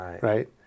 Right